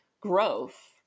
growth